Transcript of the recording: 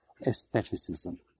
aestheticism